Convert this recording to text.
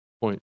point